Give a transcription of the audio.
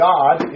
God